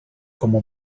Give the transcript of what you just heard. como